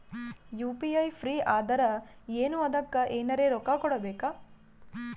UPI free ಅದಾರಾ ಏನ ಅದಕ್ಕ ಎನೆರ ರೊಕ್ಕ ಕೊಡಬೇಕ?